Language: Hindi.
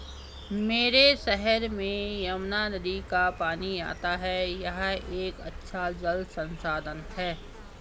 मेरे शहर में यमुना नदी का पानी आता है यह एक अच्छा जल संसाधन है